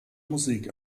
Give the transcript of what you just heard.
musik